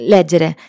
Leggere